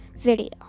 video